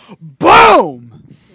Boom